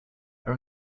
are